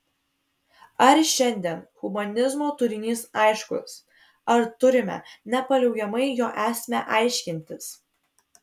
ar šiandien humanizmo turinys aiškus ar turime nepaliaujamai jo esmę aiškintis